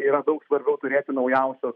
yra daug svarbiau turėti naujausios